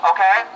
Okay